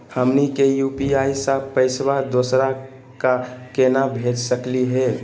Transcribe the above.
हमनी के यू.पी.आई स पैसवा दोसरा क केना भेज सकली हे?